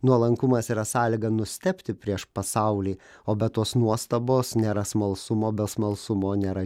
nuolankumas yra sąlyga nustebti prieš pasaulį o be tos nuostabos nėra smalsumo be smalsumo nėra